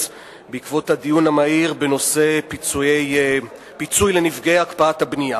בעקבות מסקנות הדיון המהיר בנושא פיצוי לנפגעי הקפאת הבנייה.